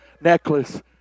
necklace